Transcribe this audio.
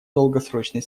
долгосрочной